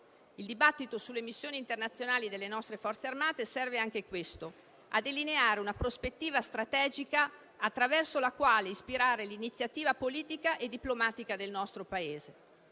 Il dibattito sulle missioni internazionali delle nostre Forze armate serve anche a questo: a delineare una prospettiva strategica attraverso la quale ispirare l'iniziativa politica e diplomatica del nostro Paese.